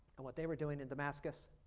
and what they were doing in damascus,